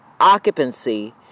occupancy